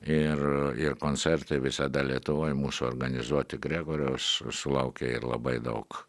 ir ir koncertai visada lietuvoj mūsų organizuoti gregorios sulaukia ir labai daug